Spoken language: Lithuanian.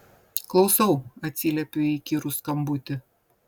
klausau atsiliepiu į įkyrų skambutį